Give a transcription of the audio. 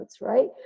right